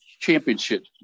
championship